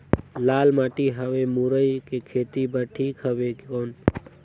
लाल माटी हवे मुरई के खेती बार ठीक हवे कौन?